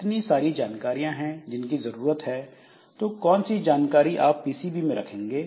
इतनी सारी जानकारियां हैं जिनकी जरूरत है तो कौन सी जानकारी आप पीसीबी में रखेंगे